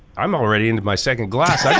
i'm already into my second glass,